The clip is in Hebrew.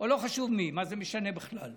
או לא חשוב מי, מה זה משנה בכלל.